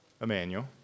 Emmanuel